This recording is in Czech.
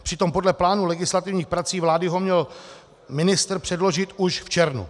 Přitom podle plánu legislativních prací vlády ho měl ministr předložit už v červnu.